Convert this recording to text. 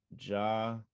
Ja